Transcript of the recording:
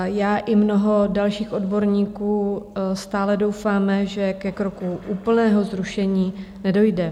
Já i mnoho dalších odborníků stále doufáme, že ke kroku úplného zrušení nedojde.